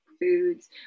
foods